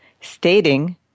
stating